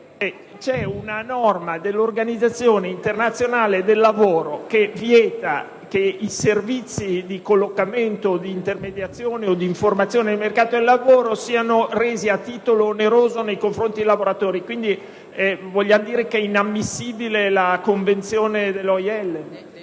C'è una norma dell'Organizzazione internazionale del lavoro che vieta che i servizi di collocamento, di intermediazione o di informazione nel mercato del lavoro siano resi a titolo oneroso nei confronti dei lavoratori. Vogliamo forse dire che è inammissibile la convenzione dell'OIL?